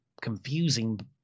confusing